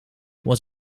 was